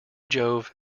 jove